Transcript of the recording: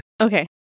Okay